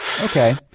Okay